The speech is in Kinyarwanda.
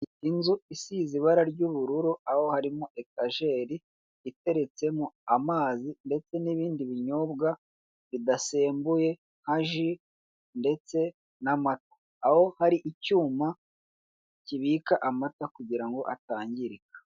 Inzu isize Ibara ry'ubururu aho harimo etajeri iteretsemo amazi ndetse n'ibindi binyobwa bidasembuye nkaji ndetse n'amata aho hari icyuma kibika amata kugira ngo atangirika.